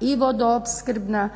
i vodoopskrbna.